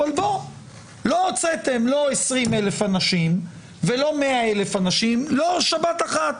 אבל בוא לא הוצאתם לא 20 אלף אנשים ולא 100 אלף אנשים לא שבת אחת.